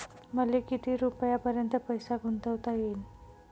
मले किती रुपयापर्यंत पैसा गुंतवता येईन?